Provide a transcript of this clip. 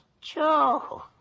Joe